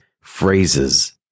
phrases